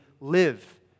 live